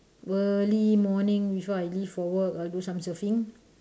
early morning before I leave for work I'll do some surfing